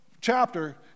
chapter